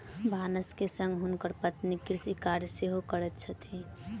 भानस के संग हुनकर पत्नी कृषि कार्य सेहो करैत छथि